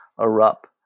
Erupt